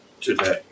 today